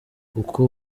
kuko